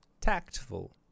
tactful